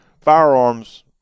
firearms